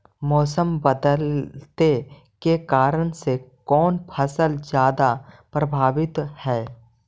मोसम बदलते के कारन से कोन फसल ज्यादा प्रभाबीत हय?